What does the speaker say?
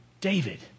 David